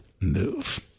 move